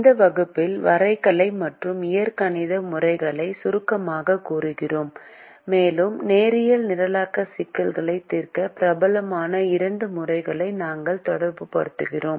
இந்த வகுப்பில் வரைகலை மற்றும் இயற்கணித முறைகளை சுருக்கமாகக் கூறுகிறோம் மேலும் நேரியல் நிரலாக்க சிக்கல்களைத் தீர்க்க பிரபலமான இரண்டு முறைகளையும் நாங்கள் தொடர்புபடுத்துகிறோம்